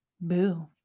boo